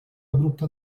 abrupte